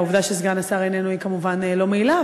והעובדה שסגן השר איננו היא, כמובן, לא מועילה.